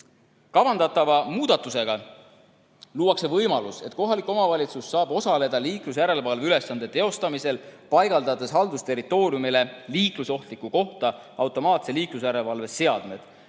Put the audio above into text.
Kavandatava muudatusega luuakse võimalus, et kohalik omavalitsus saab osaleda liiklusjärelevalve ülesannete täitmisel, paigaldades oma haldusterritooriumile liiklusohtlikku kohta automaatsed liiklusjärelevalveseadmed.